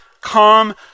come